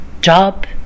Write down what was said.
job